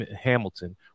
Hamilton